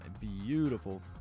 beautiful